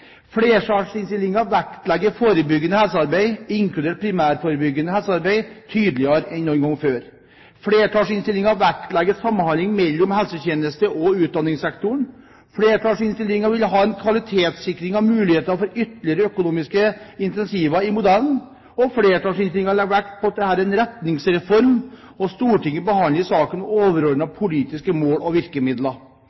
vektlegger i innstillingen forebyggende helsearbeid – inkludert primærforebyggende helsearbeid – tydeligere enn noen gang før. Flertallet vektlegger samhandling mellom helsetjenesten og utdanningssektoren. Flertallet vil ha en kvalitetssikring av muligheter for ytterligere økonomiske incentiver i modellen, og flertallet legger vekt på at dette er en retningsreform, og Stortinget behandler saken med